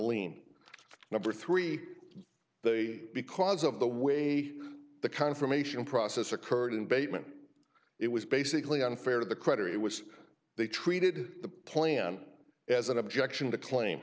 lien number three they because of the way the confirmation process occurred in bateman it was basically unfair to the creditor it was they treated the plant as an objection the claim